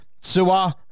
Sua